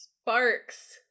Sparks